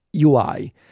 UI